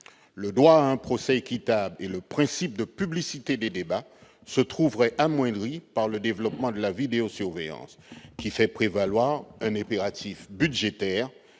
Le droit à un procès équitable et le principe de publicité des débats se trouveraient amoindris par le développement de la vidéo-audience, qui fait prévaloir un impératif budgétaire